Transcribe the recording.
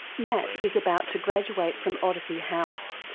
matt is about to graduate from odyssey house,